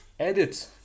edit